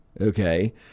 okay